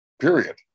period